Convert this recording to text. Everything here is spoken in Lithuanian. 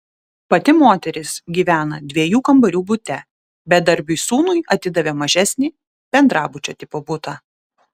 pati moteris gyvena dviejų kambarių bute bedarbiui sūnui atidavė mažesnį bendrabučio tipo butą